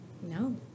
No